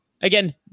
Again